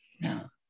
No